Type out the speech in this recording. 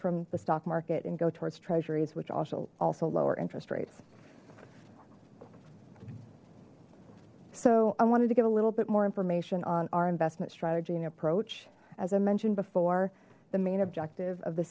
from the stock market and go towards treasuries which also also lower interest rates so i wanted to give a little bit more information on our investment strategy and approach as i mentioned before the main objective of the